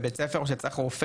בבתי הספר או כל מי שצריך רופא,